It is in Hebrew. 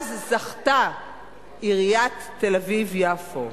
במכרז זכתה עיריית תל-אביב יפו.